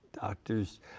Doctors